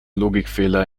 logikfehler